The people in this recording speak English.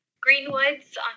Greenwoods